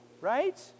Right